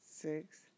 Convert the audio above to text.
Six